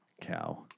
Cow